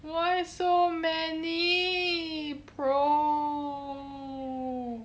why so many pro